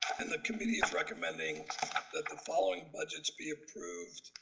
and the committee is recommending that the following budgets be approved.